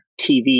TV